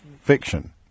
fiction